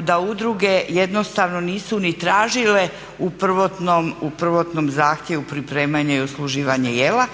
da udruge jednostavno nisu ni tražile u prvotnom zahtjevu pripremanje i usluživanje jela